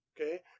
okay